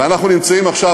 ואנחנו נמצאים עכשיו,